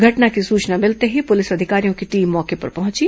घटना की सूचना मिलते ही पुलिस अधिकारियों की टीम ँ गौके पर पहुंची